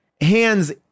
hands